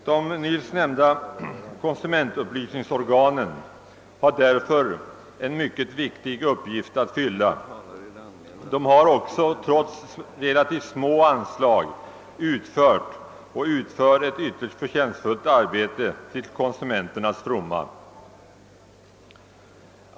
De nyss nämnda konsumentupplysningsorganen har därför en mycket viktig uppgift att fylla, och de har också trots relativt små anslag utfört, och utför fortfarande, ett ytterst förtjänstfullt arbete till konsumenternas fromma.